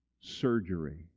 surgery